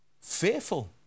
fearful